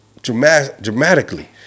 Dramatically